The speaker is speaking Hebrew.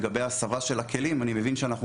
לגבי הסבה של הכלים: אני מבין שאנחנו